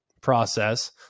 process